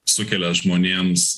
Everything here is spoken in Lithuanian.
sukelia žmonėms